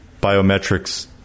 Biometrics